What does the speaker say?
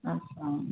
अच्छा